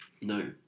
No